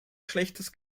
schlechtes